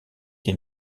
des